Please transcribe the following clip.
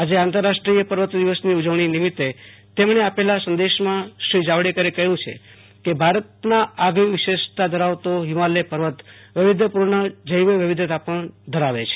આજે આંતરરાષ્ટ્રીયિય પર્વત દિવસની ઉજવણી નિમિત્ત તેમને આપેલાં સંદેશમાં શ્રી જાવડેકરે કહ્યું છે કે ભારતનાં આગવી વિશેષતાં ધરાવતો હિમાલય પર્વત વૈવિધ્યપૂર્ણ જૈવ વિવિધતા ધરાવે છે